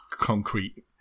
concrete